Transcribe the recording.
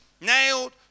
nailed